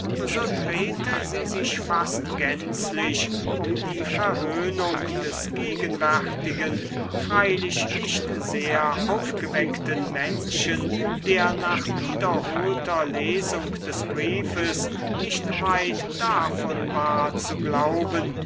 so drehte sie sich fast gänzlich um die verhöhnung des gegenwärtigen freilich nicht sehr aufgeweckten menschen der nach wiederholter lesung des briefes nicht weit davon war zu glauben